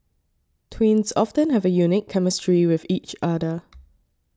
twins often have a unique chemistry with each other